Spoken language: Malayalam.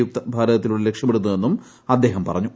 യുക്ത ഭാരതത്തിലൂടെ ലക്ഷ്യമിടുന്നതെന്നും അദ്ദേഹം പറഞ്ഞു